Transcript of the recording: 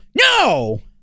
no